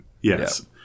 yes